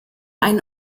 ein